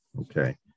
okay